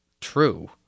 true